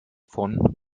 von